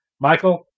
Michael